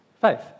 Faith